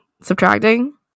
Subtracting